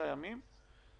שני הילדים שלה בבית?